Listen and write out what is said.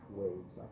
waves